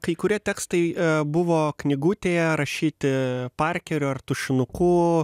kai kurie tekstai buvo knygutėje rašyti parkeriu ar tušinuku